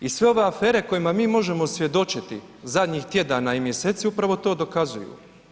I sve ove afere kojima mi možemo svjedočiti zadnjih tjedana i mjeseci upravo to dokazuju.